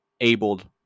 abled